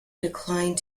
declined